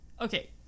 Okay